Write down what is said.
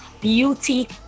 beauty